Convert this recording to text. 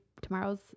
tomorrow's